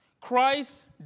Christ